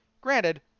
Granted